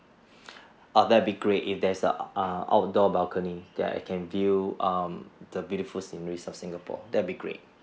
oh that'll be great if there's err uh outdoor balcony that I can view um the beautiful sceneries of singapore that'll be great